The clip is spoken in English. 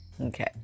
Okay